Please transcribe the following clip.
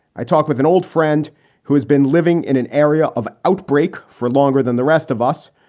i talk with an old friend who has been living in an area of outbreak for longer than the rest of us.